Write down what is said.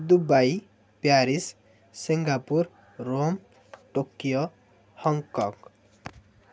Dubai Paris Singapore Rome Tokyo Hong Kong